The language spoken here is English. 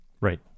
Right